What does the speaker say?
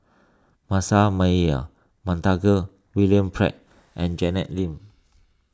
Manasseh Meyer Montague William Pett and Janet Lim